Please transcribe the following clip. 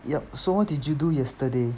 yup so what did you do yesterday